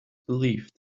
believed